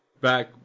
back